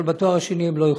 אבל בתואר שני הם לא יכולים,